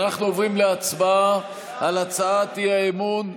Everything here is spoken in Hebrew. אנחנו עוברים להצבעה על הצעת אי-אמון,